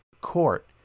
court